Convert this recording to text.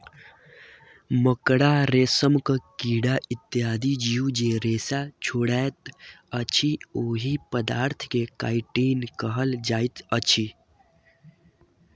मकड़ा, रेशमक कीड़ा इत्यादि जीव जे रेशा छोड़ैत अछि, ओहि पदार्थ के काइटिन कहल जाइत अछि